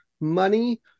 money